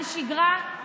על שגרה,